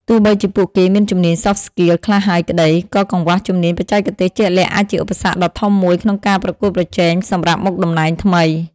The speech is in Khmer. ទោះបីជាពួកគេមានជំនាញ soft skills ខ្លះហើយក្ដី ក៏កង្វះជំនាញបច្ចេកទេសជាក់លាក់អាចជាឧបសគ្គដ៏ធំមួយក្នុងការប្រកួតប្រជែងសម្រាប់មុខតំណែងថ្មី។